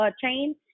chain